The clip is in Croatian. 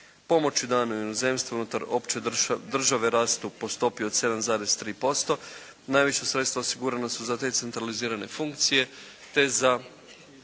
Pomoći danoj u inozemstvu unutar opće države rastu po stopi od 7,3%. Najviša sredstva osigurana su za te centralizirane funkcije